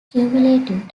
cumulative